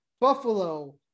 Buffalo